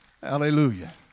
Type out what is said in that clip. Hallelujah